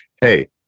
hey